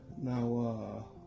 now